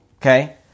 Okay